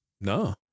no